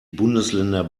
bundesländer